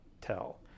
tell